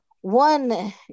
one